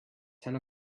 ten